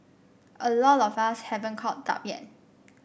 a lot of us haven't caught up yet